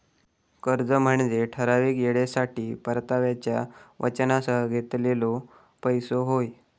कर्ज म्हनजे ठराविक येळेसाठी परताव्याच्या वचनासह घेतलेलो पैसो होय